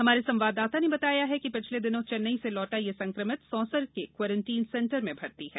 हमारे संवाददाता ने बताया है कि पिछले दिनों चेन्नई से लौटा ये संक्रमित सौंसर के क्वारंटिन सेंटर में भर्ती है